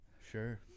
sure